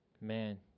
Man